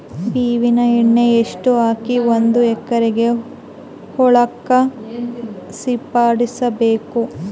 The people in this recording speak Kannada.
ಬೇವಿನ ಎಣ್ಣೆ ಎಷ್ಟು ಹಾಕಿ ಒಂದ ಎಕರೆಗೆ ಹೊಳಕ್ಕ ಸಿಂಪಡಸಬೇಕು?